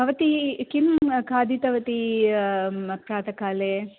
भवती किं खादितवती प्रातःकाले